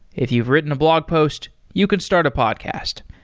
if you've written a blog post, you can start a podcast.